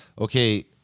okay